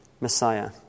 Messiah